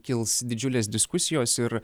kils didžiulės diskusijos ir